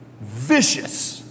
vicious